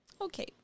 Okay